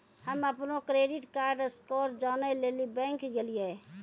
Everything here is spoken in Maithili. हम्म अपनो क्रेडिट कार्ड स्कोर जानै लेली बैंक गेलियै